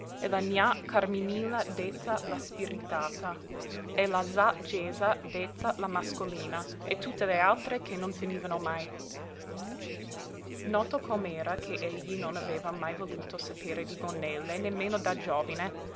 e la gna carminilla detta la spiritata e la z'a gesa detta la mascolina e tutte le altre che non finivano mai noto com'era ch'egli non aveva mai voluto saper di gonnelle nemmeno da giovine